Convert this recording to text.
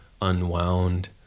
unwound